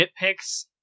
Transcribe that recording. nitpicks